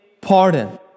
pardon